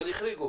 אבל החריגו.